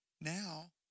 Now